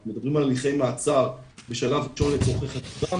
אנחנו מדברים על הליכי מעצר בשלב ראשון לצורכי חקירה,